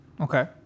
Okay